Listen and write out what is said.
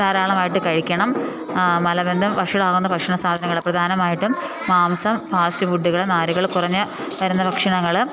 ധാരാളമായിട്ട് കഴിക്കണം മലബന്ധം വഷളാകുന്ന ഭക്ഷണ സാധനങ്ങൾ പ്രധാനമായിട്ടും മാംസം ഫാസ്റ്റ് ഫുഡുകൾ നാരുകൾ കുറഞ്ഞു വരുന്ന ഭക്ഷണങ്ങൾ